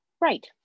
right